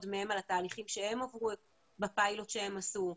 מהם על התהליכים שהם עברו בפיילוט שהם עשו.